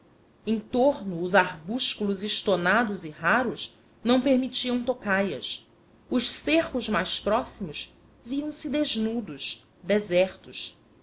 em torno os arbúsculos estonados e raros não permitiam tocaias os cerros mais próximos viam-se desnudos desertos